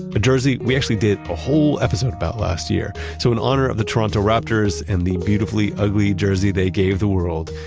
but jersey we actually did a whole episode about last year. so in honor of the toronto raptors and the beautifully ugly jersey they gave the world.